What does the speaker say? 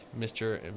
Mr